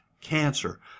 cancer